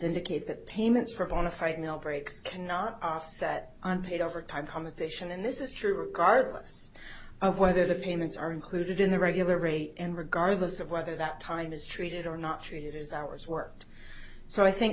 indicate that payments for a bonafide meal breaks cannot are set on paid overtime competition and this is true regardless of whether the payments are included in the regular rate and regardless of whether that time is treated or not treated as hours worked so i think